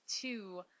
two